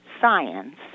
science